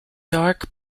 dark